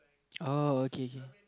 uh okay okay